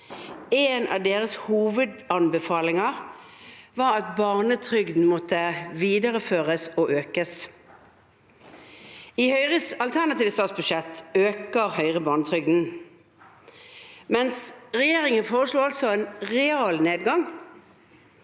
En av deres hovedanbefalinger var at barnetrygden måtte videreføres og økes. I Høyres alternative statsbudsjett økes barnetrygden, men regjeringen foreslår altså en realnedgang.